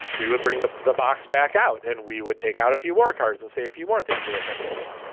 we would bring the the box back out and we would take out if you work hard and say if you weren't, things we were thankful for.